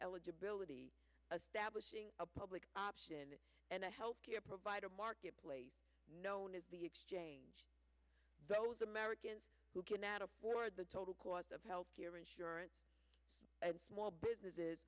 eligibility a stablish a public option and a health care provider marketplace known as the exchange those americans who cannot afford the total cost of health care insurance and small businesses